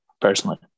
personally